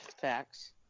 Facts